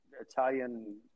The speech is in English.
Italian